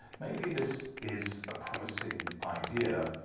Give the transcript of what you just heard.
maybe this is a promising idea.